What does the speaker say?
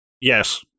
Yes